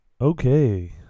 Okay